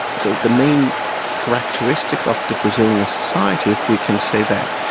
so the main characteristic of the brazilian society, if we can say that,